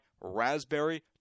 raspberry